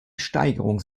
steigerung